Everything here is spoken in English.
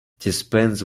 dispense